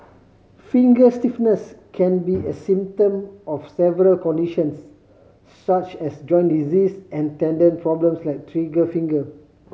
finger stiffness can be a symptom of several conditions such as joint disease and tendon problems like trigger finger